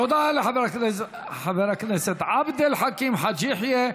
תודה לחבר הכנסת עבד אל חכים חאג' יחיא.